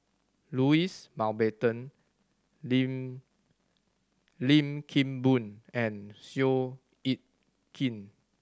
Louis Mountbatten Lim Lim Kim Boon and Seow Yit Kin